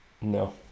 No